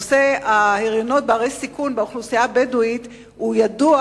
נושא ההריונות בסיכון באוכלוסייה הבדואית ידוע